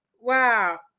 Wow